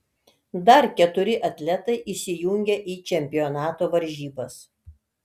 dar keturi atletai įsijungia į čempionato varžybas